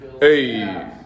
Hey